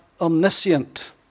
omniscient